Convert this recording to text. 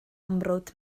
amrwd